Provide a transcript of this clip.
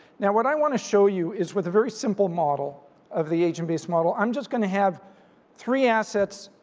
now what i want to show you is with a very simple model of the agent-based model. i'm just going to have three assets,